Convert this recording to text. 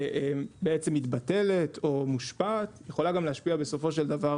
בעצם מתבטלת או מושפעת יכולה גם להשפיע בסופו של דבר